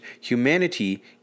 humanity